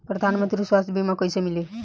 प्रधानमंत्री स्वास्थ्य बीमा कइसे मिली?